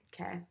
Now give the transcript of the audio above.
okay